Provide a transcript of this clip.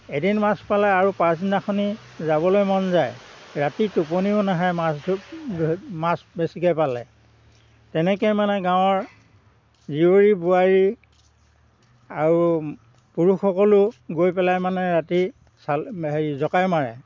এদিন মাছ পালে আৰু পাছদিনাখনি যাবলে মন যায় ৰাতি টোপনিও নাহে মাছ মাছ বেছিকে পালে তেনেকে মানে গাঁৱৰ জীয়ৰী বোৱাৰী আৰু পুৰুষসকলো গৈ পেলাই মানে ৰাতি চাল হেৰি জকাই মাৰে